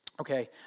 okay